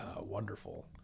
Wonderful